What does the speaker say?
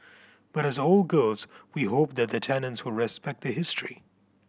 but as old girls we hope that the tenants will respect the history